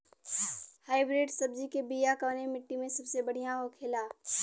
Hybrid सब्जी के बिया कवने मिट्टी में सबसे बढ़ियां होखे ला?